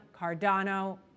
Cardano